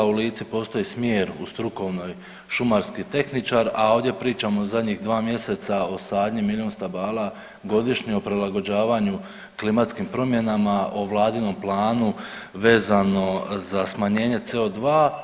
U Lici postoji smjer u strukovnoj šumarski tehničar, a ovdje pričamo zadnjih dva mjeseca o sadnji milijun stabala godišnje, o prilagođavanju klimatskim promjenama, o vladinom planu vezano za smanjenje CO2.